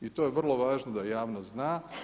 I to je vrlo važno da javnost zna.